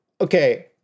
Okay